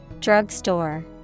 Drugstore